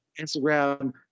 Instagram